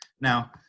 Now